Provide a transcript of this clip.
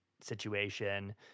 situation